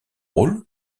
rôle